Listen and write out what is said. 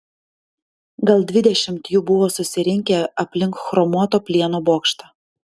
gal dvidešimt jų buvo susirinkę aplink chromuoto plieno bokštą